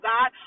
God